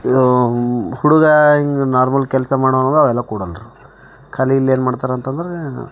ಹುಡುಗ ಹಿಂಗೆ ನಾರ್ಮಲ್ ಕೆಲಸ ಮಾಡವ್ನದ ಅವೆಲ್ಲ ಕೊಡಲ್ರು ಖಾಲಿ ಇಲ್ಲೇನು ಮಾಡ್ತಾರಂತಂದ್ರೆ